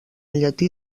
llatí